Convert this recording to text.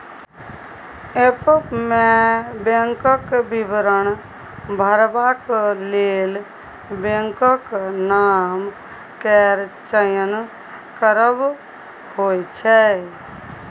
app मे बैंकक विवरण भरबाक लेल बैंकक नाम केर चयन करब होइ छै